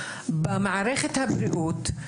במערכת הבריאות.